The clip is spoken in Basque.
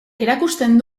erakusten